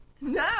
No